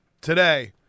today